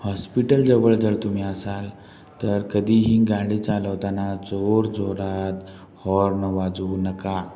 hospital जवळ जर तुम्ही असाल तर कधीही गाडी चालवताना जोर जोरात हॉर्न वाजवू नका